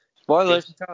Spoilers